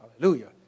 Hallelujah